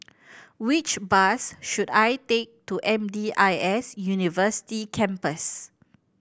which bus should I take to M D I S University Campus